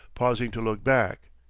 pausing to look back.